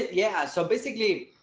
yeah, so basically,